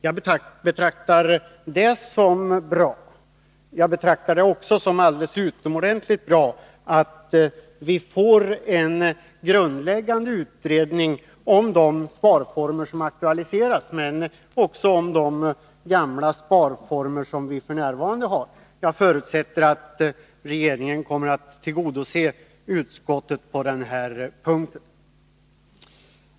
Jag betraktar det som bra. Jag betraktar det också som alldeles utomordentligt bra att vi får en grundläggande utredning om de sparformer som aktualiseras men också om de sparformer som vi f. n. har. Jag förutsätter att regeringen kommer att tillgodose utskottet på den punkten.